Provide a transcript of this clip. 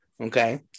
Okay